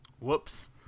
Whoops